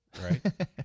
Right